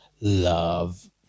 love